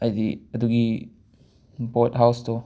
ꯍꯥꯏꯗꯤ ꯑꯗꯨꯒꯤ ꯕꯣꯠ ꯍꯥꯎꯁꯇꯣ